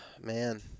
man